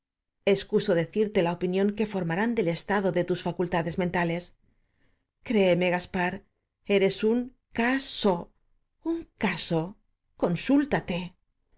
o decirte la opinión q u e formarán del estado de tus facultades mentales créeme gaspar eres un c a s o